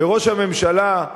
וראש הממשלה,